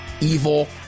evil